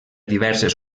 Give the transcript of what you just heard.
diverses